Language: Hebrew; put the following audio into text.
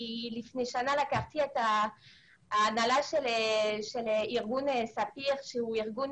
לפני שנה לקחתי את הנהלת ארגון ספיר שהוא ארגון